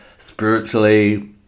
spiritually